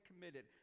committed